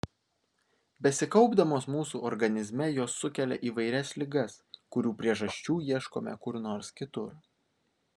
besikaupdamos mūsų organizme jos sukelia įvairias ligas kurių priežasčių ieškome kur nors kitur